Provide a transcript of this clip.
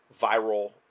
viral